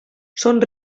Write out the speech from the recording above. són